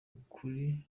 ukuri